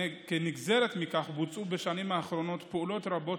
כנגזרת מכך בוצעו בשנים האחרונות פעולות רבות,